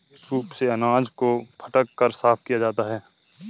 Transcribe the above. soup से अनाज को फटक कर साफ किया जाता है